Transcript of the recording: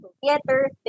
theater